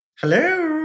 Hello